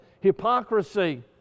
hypocrisy